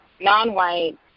non-white